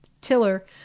Tiller